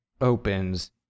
opens